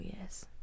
yes